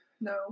No